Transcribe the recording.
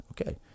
Okay